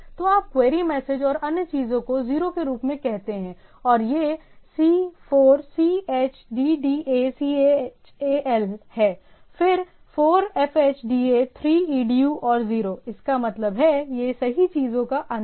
तो आप query message और अन्य चीजों को 0 के रूप में कहते हैं और यह c 4 c h d d a c h a l है फिर 4 f h d a 3 e d u और 0 इसका मतलब है यह सही चीजों का अंत है